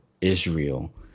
Israel